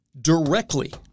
directly